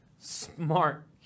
smart